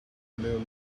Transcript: little